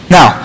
Now